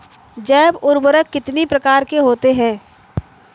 जैव उर्वरक कितनी प्रकार के होते हैं?